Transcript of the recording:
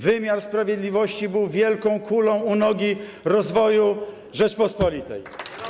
Wymiar sprawiedliwości był wielką kulą u nogi rozwoju Rzeczypospolitej.